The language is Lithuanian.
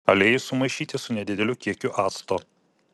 aliejų sumaišyti su nedideliu kiekiu acto